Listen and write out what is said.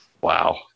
Wow